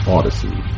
Odyssey